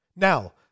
Now